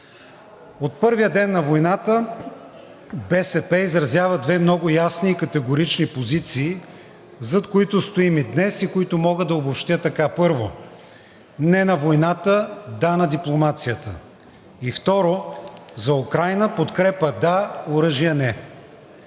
От първия ден на войната БСП изразява две много ясни и категорични позиции, зад които стоим и днес, и които мога да обобщя така: първо, не на войната, да на дипломацията; второ, за Украйна подкрепа – да, оръжия – не.